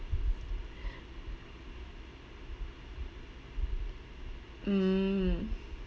mm